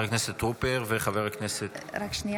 חבר הכנסת טרופר וחבר הכנסת --- (קוראת